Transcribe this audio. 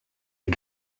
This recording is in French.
des